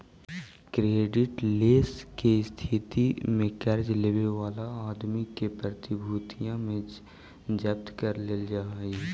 creditless के स्थिति में कर्ज लेवे वाला आदमी के प्रतिभूतिया के जब्त कर लेवल जा हई